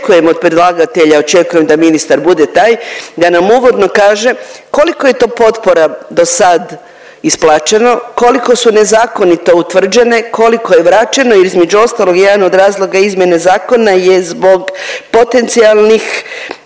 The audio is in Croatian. očekujem od predlagatelja očekujem da ministar bude taj da nam uvodno kaže koliko je to potpora dosad isplaćeno, koliko su nezakonito utvrđene, koliko je vraćeno, između ostalog jedan od razloga izmjene zakona je zbog potencijalnih